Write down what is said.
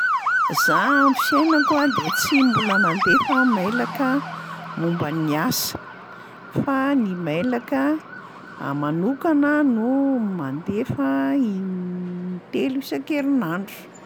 Za am'fiainako a de tsy mbola nandefa mailaka momba ny asa fa ny mailaka manokana no mandefa in- telo isan-kerinandro.